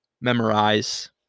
memorize